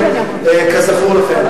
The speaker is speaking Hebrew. כזכור לכם,